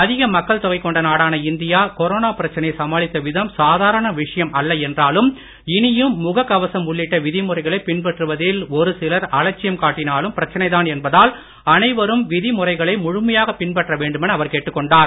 அதிக மக்கள் தொகை கொண்ட நாடான இந்தியா கொரோனா பிரச்சனையை சமாளித்த விதம் சாதாரண விஷயம் அல்ல என்றாலும் இனியும் முகக் கவசம் உளிட்ட்ட விதிமுறைகளைப் பின்பற்றுவதில் ஒருசிலர் அலட்சியம் காட்டினாலும் பிரச்சனைதான் என்பதால் அனைவரும் விதிமுறைகளை முழுமையாகப் பின்பற்ற வேண்டுமென அவர் கேட்டுக்கொண்டார்